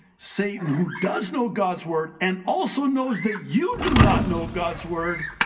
satan, who does know god's word and also knows that you do not know god's word,